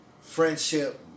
friendship